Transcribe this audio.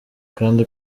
kandi